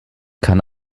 kann